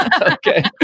Okay